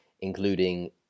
including